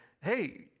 hey